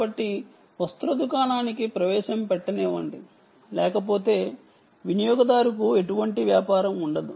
కాబట్టి వస్త్ర దుకాణానికి ప్రవేశం పెట్టనివ్వండి లేకపోతే వినియోగదారుకు ఎటువంటి వ్యాపారం ఉండదు